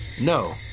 No